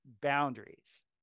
boundaries